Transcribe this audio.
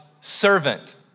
servant